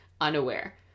unaware